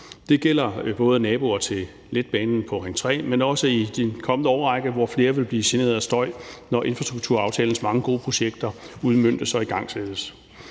Det gælder både naboer til letbanen på Ring 3, men også i den kommende årrække, hvor flere vil blive generet af støj, når infrastrukturaftalens mange gode projekter udmøntes og igangsættes.